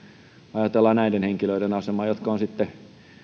ajatellaan näiden henkilöiden asemaa jotka ovat sitten